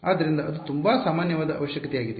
ಆದ್ದರಿಂದ ಅದು ತುಂಬಾ ಸಾಮಾನ್ಯವಾದ ಅವಶ್ಯಕತೆಯಾಗಿದೆ